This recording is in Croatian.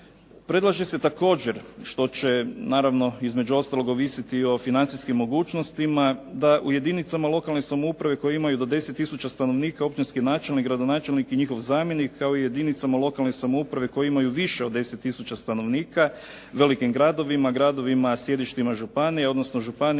Predlaže se također, što će naravno između ostalog ovisiti o financijskim mogućnostima, da u jedinicama lokalne samouprave koje imaju do 10 tisuća stanovnika općinski načelnik, gradonačelnik i njihov zamjenik kao i u jedinicama lokalne samouprave koje imaju više od 10 tisuća stanovnika, velikim gradovima, gradovima, sjedištima županijama, odnosno županijama